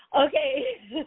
Okay